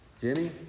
Jimmy